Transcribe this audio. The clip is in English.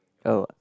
oh